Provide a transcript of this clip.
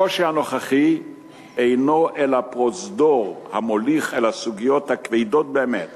הקושי הנוכחי אינו אלא פרוזדור המוליך אל הסוגיות הכבדות באמת